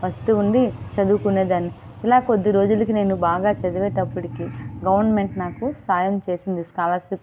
పస్తు ఉండి చదువుకునే దాన్ని ఇలా కొద్ది రోజులకి నేను బాగా చదివేటప్పటికి గవర్నమెంట్ నాకు సాయం చేసింది స్కాలర్షిప్